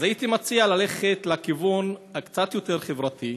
אז הייתי מציע ללכת לכיוון קצת יותר חברתי: